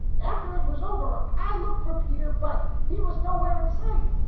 after it was over, i looked for peter, but he was nowhere in sight.